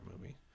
movie